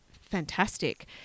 fantastic